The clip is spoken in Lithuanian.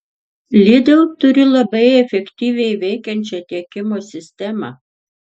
lidl turi labai efektyviai veikiančią tiekimo sistemą